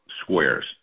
squares